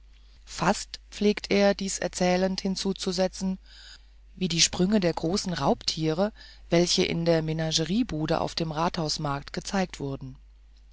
fast pflegt er dies erzählend hinzuzusetzen hörte es sich an wie die sprünge der großen raubtiere welche in der menageriebude auf dem rathausmarkte gezeigt wurden